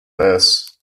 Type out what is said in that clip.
this